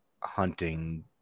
hunting